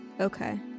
Okay